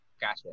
gotcha